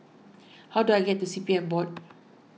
how do I get to C P F Board